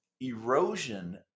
erosion